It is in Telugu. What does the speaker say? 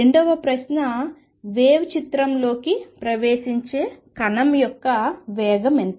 రెండవ ప్రశ్న వేవ్ చిత్రంలోకి ప్రవేశించే కణం యొక్క వేగం ఎంత